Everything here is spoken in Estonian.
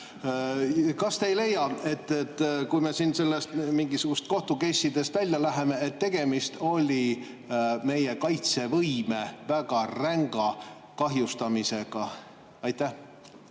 Kas te ei leia, kui me siin mingisugustest kohtukeissidest välja läheme, et tegemist oli meie kaitsevõime väga ränga kahjustamisega? Aitäh!